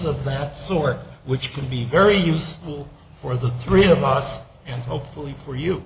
of that sort which can be very useful for the three of us and hopefully for you